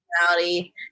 personality